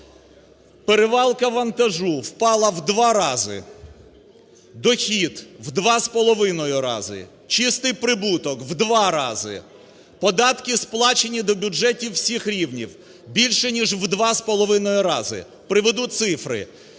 перевалка вантажу впала в два рази, дохід в два з половиною рази, чистий прибуток в два рази, податки сплачені до бюджетів всіх рівнів більше ніж в два з половиною рази.